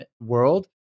world